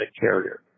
carrier